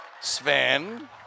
Sven